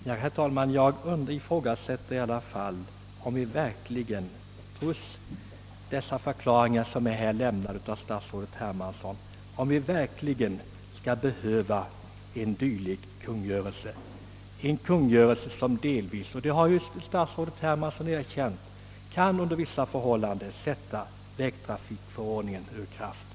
Herr talman! Jag ifrågasätter i alla fall om vi verkligen, trots de förklaringar som statsrådet Hermansson nu lämnat, behöver en dylik kungörelse, en kungörelse som delvis — vilket statsrådet Hermansson också erkänt — under vissa förhållanden kan sätta vägtrafikförordningen ur kraft.